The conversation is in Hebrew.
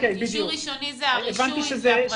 אישור ראשוני, זה הרישוי הפרטי.